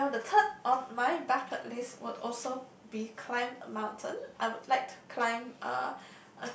well the third on my bucket list would also be climb a mountain I would like to climb a